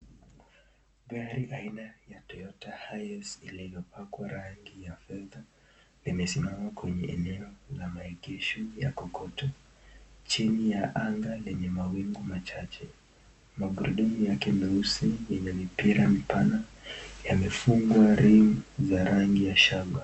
Gari aina ya Toyota Hiace ile imepakwa rangi ya fedha limesimama kwenye eneo la maegesho ya kokoto chini ya anga lenye mawingu machache, magurudumu yake meusi yenye mipira mipana yamefungwa ring za rangi ya shamba.